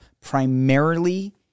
primarily